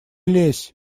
лезь